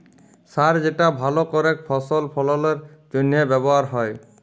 সার যেটা ভাল করেক ফসল ফললের জনহে ব্যবহার হ্যয়